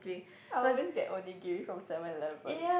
I always get only gift from Seven-Eleven